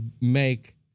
make